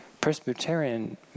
Presbyterian